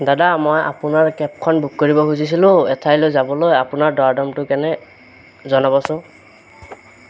দাদা মই আপোনাৰ কেবখন বুক কৰিব খুজিছিলোঁ এঠাইলৈ যাবলৈ আপোনাৰ দৰ দামটো কেনে জনাবচোন